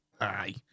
Aye